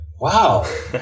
wow